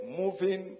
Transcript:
moving